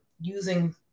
using